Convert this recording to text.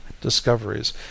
discoveries